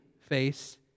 face